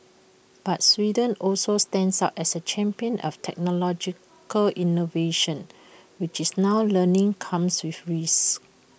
but Sweden also stands out as A champion of technological innovation which it's now learning comes with risks